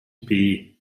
бий